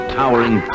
towering